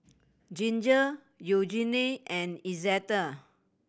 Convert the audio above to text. Ginger Eugene and Izetta